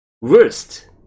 worst